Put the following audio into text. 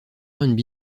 rnb